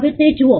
હવે તે જુઓ